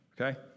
Okay